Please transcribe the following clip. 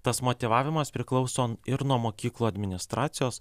tas motyvavimas priklauso ir nuo mokyklų administracijos